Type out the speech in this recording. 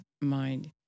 mind